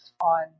on